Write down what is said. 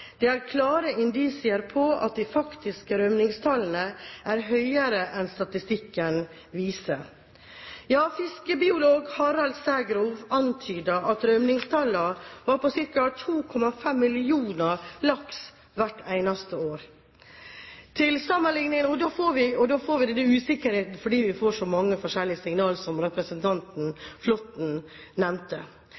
er klare indisier på at de faktiske rømmingstallene er høyere enn statistikken viser.» Ja, fiskebiolog Harald Sægrov antyder at rømningstallene var på ca. 2,5 millioner laks hvert eneste år. Da får vi usikkerhet fordi vi får så mange forskjellige signaler, som representanten